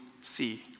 see